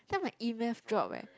time my e-math drop eh